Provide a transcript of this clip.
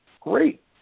Great